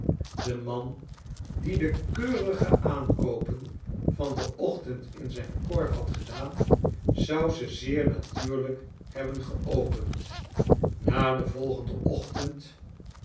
de man die de keurige aankoopen van den ochtend in zijn korf had gedaan zou ze zeer natuurlijk hebben geopend na den volgenden ochtend